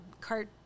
cart